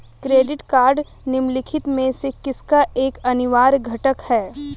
Credit card निम्नलिखित में से किसका एक अनिवार्य घटक है?